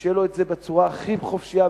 ושזה יהיה לו בצורה הכי חופשית,